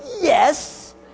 Yes